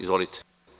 Izvolite.